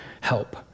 help